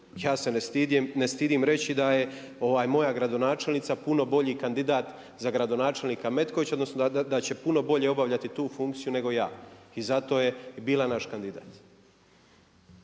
Ja se ne stidim reći da je moja gradonačelnica puno bolji kandidat za gradonačelnika Metkovića, odnosno da će puno bolje obavljati tu funkciju nego ja i zato je i bila naš kandidat.